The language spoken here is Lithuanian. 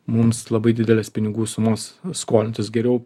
mums labai didelės pinigų sumos skolintis geriau